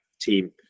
team